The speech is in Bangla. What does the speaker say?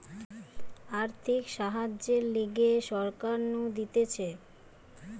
আর্থিক সাহায্যের লিগে সরকার নু দিতেছে